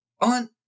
on